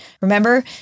Remember